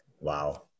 Wow